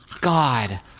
God